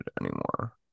anymore